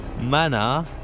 Mana